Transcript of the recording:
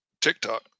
TikTok